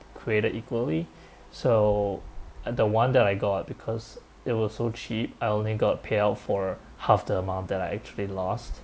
created equally so and the one that I got because it was so cheap I only got payout for half the amount that I actually lost